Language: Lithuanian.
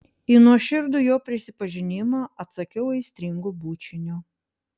į nuoširdų jo prisipažinimą atsakiau aistringu bučiniu